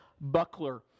buckler